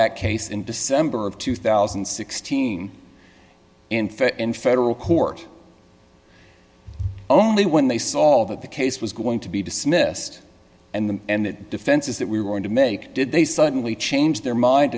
that case in december of two thousand and sixteen in federal court only when they saw that the case was going to be dismissed and that defenses that we were going to make did they suddenly change their mind